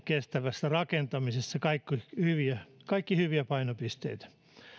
kestävässä rakentamisessa kaikki hyviä kaikki hyviä painopisteitä